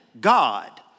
God